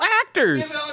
actors